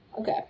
Okay